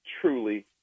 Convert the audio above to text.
truly